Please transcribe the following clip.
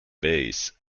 bays